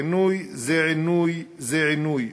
עינוי זה עינוי זה עינוי.